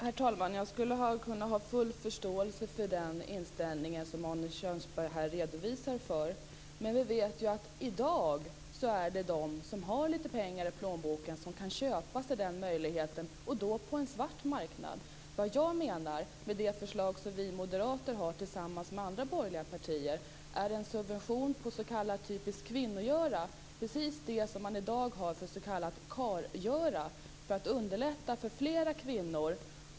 Herr talman! Jag skulle kunna ha full förståelse för den inställning som Arne Kjörnsberg här redovisar. Men vi vet ju att i dag är det de som har lite pengar i plånboken som kan köpa sig den möjligheten, och då på en svart marknad. Vad jag menar med det förslag vi moderater har tillsammans med andra borgerliga partier är en subvention på s.k. typiskt kvinnogöra - precis det som man i dag har för s.k. karlgöra - för att underlätta för fler kvinnor.